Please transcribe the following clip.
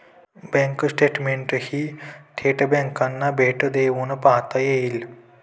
bank स्टेटमेंटही थेट बँकांना भेट देऊन पाहता येईल